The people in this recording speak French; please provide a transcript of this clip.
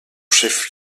chef